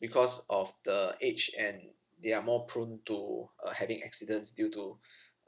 because of the age and they are more prone to uh having accidents due to